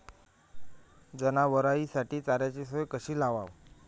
जनावराइसाठी चाऱ्याची सोय कशी लावाव?